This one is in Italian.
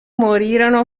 morirono